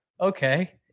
okay